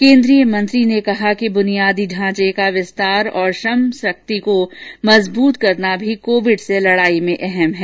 केंद्रीय मंत्री ने कहा कि बुनियादी ढांचे का विस्तार और श्रम शक्ति को मजबूत करना भी कोविड से लड़ाई में अहम् है